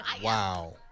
Wow